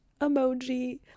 emoji